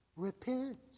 Repent